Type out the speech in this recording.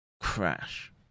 crash